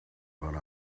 but